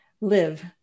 live